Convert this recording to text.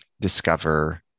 discover